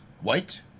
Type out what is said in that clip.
White